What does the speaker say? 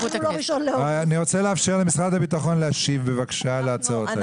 אני רוצה לאפשר למשרד הביטחון להשיב בבקשה להצעות האלה.